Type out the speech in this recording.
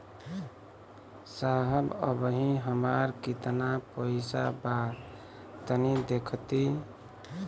साहब अबहीं हमार कितना पइसा बा तनि देखति?